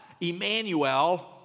Emmanuel